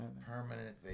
Permanent